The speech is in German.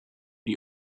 die